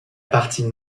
partie